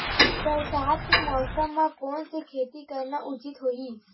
बरसात के मौसम म कोन से खेती करना उचित होही?